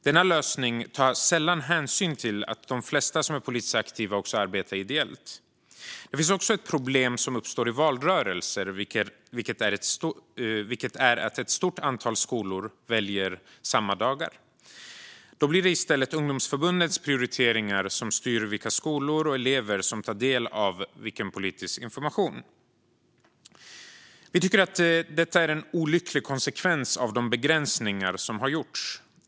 Denna lösning tar sällan hänsyn till att de flesta som är politiskt aktiva arbetar ideellt. Det finns också ett problem som uppstår i valrörelser, nämligen att ett stort antal skolor väljer samma dag. Då blir det i stället ungdomsförbundens prioriteringar som styr vilka skolor och elever som får ta del av politisk information. Vi tycker att detta är en olycklig konsekvens av de begränsningar som har gjorts.